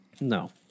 No